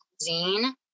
cuisine